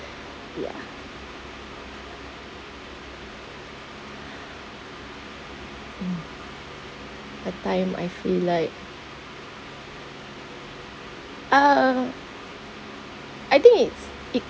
ya that time I feel like uh I think it's it